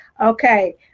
okay